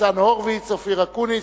ניצן הורוביץ, אופיר אקוניס,